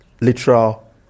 literal